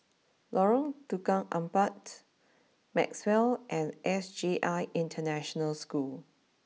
Lorong Tukang Empat Maxwell and S J I International School